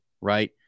right